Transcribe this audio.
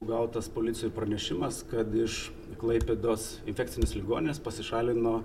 gautas policijoj pranešimas kad iš klaipėdos infekcinės ligoninės pasišalino